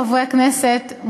חברי הכנסת,